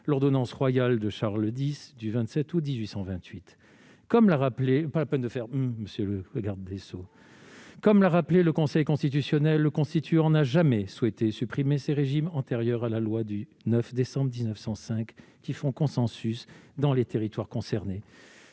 (l'ordonnance royale de Charles X du 27 août 1828). »« Comme l'a rappelé le Conseil constitutionnel, le Constituant n'a jamais souhaité supprimer ces régimes antérieurs à la loi du 9 décembre 1905, qui font consensus dans les territoires concernés.